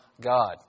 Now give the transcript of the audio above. God